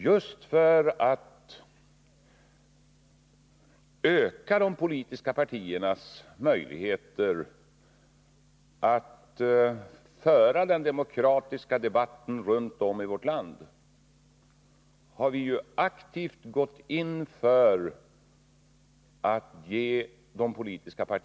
Just för att öka de politiska partiernas möjligheter att föra den demokratiska debatten runt om i vårt land har vi ju aktivt gått in för att ge dem ett ekonomiskt stöd.